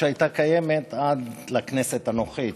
שהייתה קיימת עד לכנסת הנוכחית,